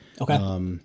Okay